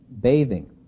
bathing